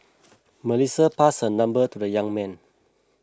Melissa passed her number to the young man